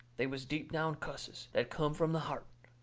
they was deep down cusses, that come from the heart.